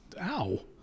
Ow